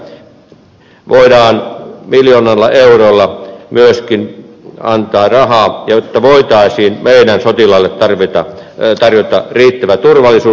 samoin tässä voidaan miljoonalla eurolla antaa rahaa jotta voitaisiin meidän sotilaillemme tarjota riittävä turvallisuus